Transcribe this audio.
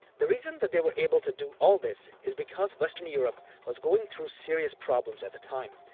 the reason that they were able to do all this is because western europe was going through serious problems at the time.